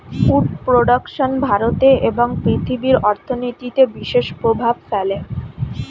would production ভারতে এবং পৃথিবীর অর্থনীতিতে বিশেষ প্রভাব ফেলে